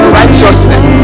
righteousness